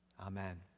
Amen